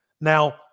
Now